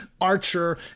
archer